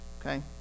okay